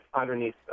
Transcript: underneath